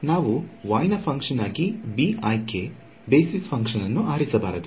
ನಾವು y ನ function ಆಗಿ b ಆಯ್ಕೆ ಬೇಸಿಸ್ ಫಂಕ್ಷನ್ ಅನ್ನು ಆರಿಸಬಾರದು